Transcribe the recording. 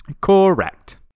Correct